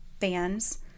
fans